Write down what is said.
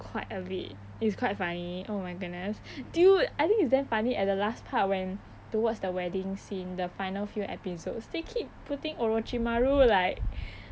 quite a bit it's quite funny oh my goodness dude I think it's damn funny at the last part when towards the wedding scene the final few episodes they keep putting orochimaru like